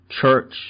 church